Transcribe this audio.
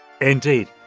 indeed